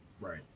Right